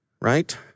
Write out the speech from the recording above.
right